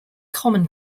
common